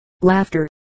laughter